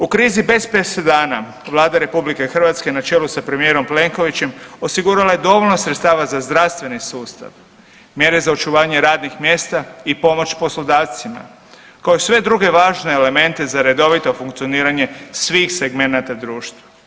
U krizi bez presedana Vlada RH na čelu sa premijerom Plenkovićem osigurala je dovoljno sredstava za zdravstveni sustav, mjere za očuvanje radnih mjesta i pomoć poslodavcima kao i sve druge važne elemente za redovito funkcioniranje svih segmenata društva.